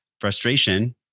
Frustration